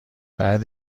بعد